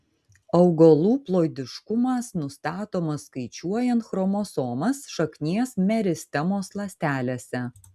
augalų ploidiškumas nustatomas skaičiuojant chromosomas šaknies meristemos ląstelėse